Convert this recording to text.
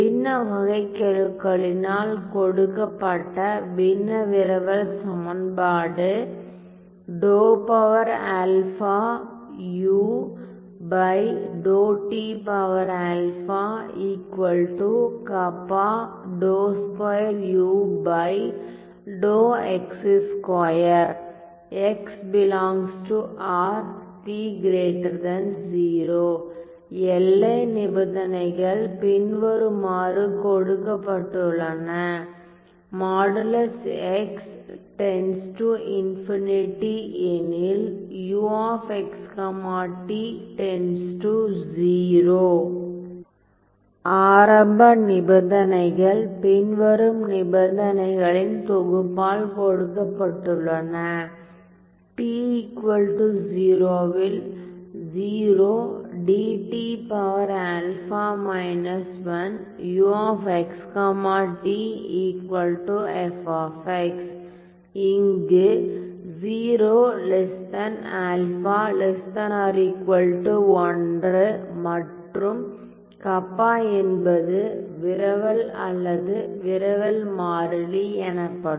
பின்ன வகைக்கெழுக்களினால் கொடுக்கப்பட்ட பின்ன விரவல் சமன்பாடு எல்லை நிபந்தனைகள் பின்வருமாறு கொடுக்கப்பட்டுள்ளனஎனில் ஆரம்ப நிபந்தனைகள் பின்வரும் நிபந்தனைகளின் தொகுப்பால் கொடுக்கப்பட்டுள்ளன t 0 -ல் இங்கு மற்றும் கப்பா என்பது விரவல் அல்லது விரவல் மாறிலி எனப்படும்